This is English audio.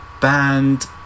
band